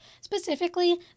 specifically